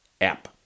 App